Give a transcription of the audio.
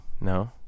no